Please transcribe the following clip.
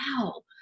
wow